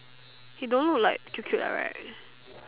he don't look like cute cute right